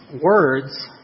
words